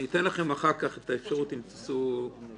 אני אתן לכם אחר כך את האפשרות אם תרצו להגיב.